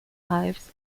ives